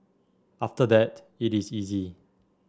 after that it is easy